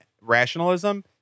rationalism